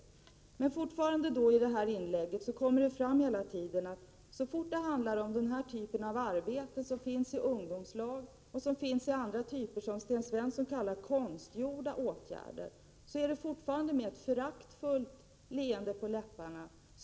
Även av Sten Svenssons inlägg kunde man konstatera att så snart det handlar om den typ av arbeten som finns i ungdomslag och i andra liknande verksamheter och som Sten Svensson kallar för konstgjorda åtgärder, då talar man om dessa åtgärder med ett föraktfullt leende på läpparna.